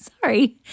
Sorry